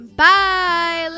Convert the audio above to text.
bye